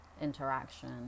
interaction